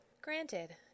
Granted